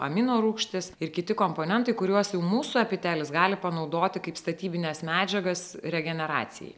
amino rūgštys ir kiti komponentai kuriuos jau mūsų epitelis gali panaudoti kaip statybines medžiagas regeneracijai